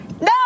No